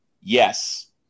yes